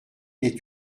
des